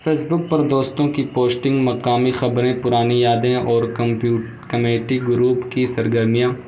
face بک پر دوستوں کی پوسٹنگ مقامی خبریں پرانی یادیں اور کمپیو کمیونٹی گروپ کی سرگرمیاں